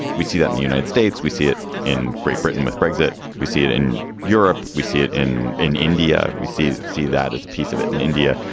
we see that in the united states. we see it in great britain with brexit. we see it in europe. we see it in in india. we see see that as a piece of it. in india,